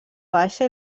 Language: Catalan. baixa